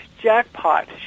jackpot